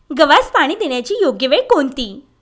गव्हास पाणी देण्याची योग्य वेळ कोणती?